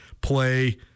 play